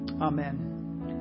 Amen